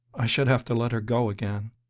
i should have to let her go again.